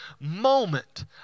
moment